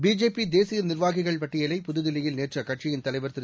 BJP தேசிய நிர்வாகிகள் பட்டியலை புதுதில்லியில் நேற்று அக்கட்சியின் தலைவர் திரு